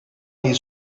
ayı